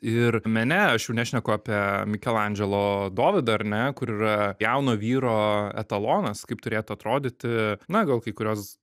ir mene aš jau nešneku apie mikelandželo dovydą ar ne kur yra jauno vyro etalonas kaip turėtų atrodyti na gal kai kurios